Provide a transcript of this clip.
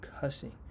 cussing